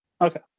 okay